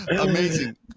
Amazing